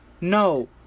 No